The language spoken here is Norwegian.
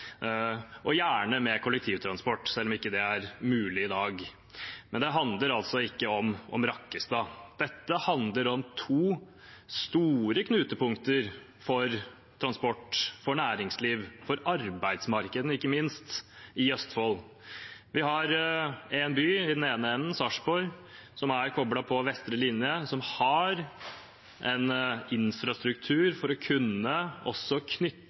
og gjerne med kollektivtransport, selv om det ikke er mulig i dag. Men det handler altså ikke om Rakkestad. Dette handler om to store knutepunkter for transport, for næringsliv og ikke minst for arbeidsmarkedet i Østfold. Vi har en by i den ene enden, Sarpsborg, som er koblet på vestre linje, og som har en infrastruktur for å kunne knytte også